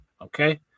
okay